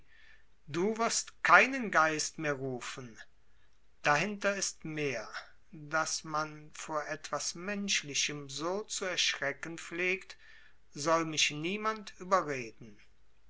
du wirst keinen geist mehr rufen dahinter ist mehr daß man vor etwas menschlichem so zu erschrecken pflegt soll mich niemand überreden